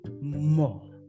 more